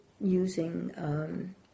using